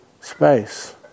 space